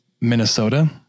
Minnesota